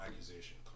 accusation